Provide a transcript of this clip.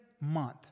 month